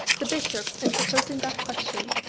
the bishop, in proposing that question,